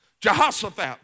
Jehoshaphat